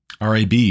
RAB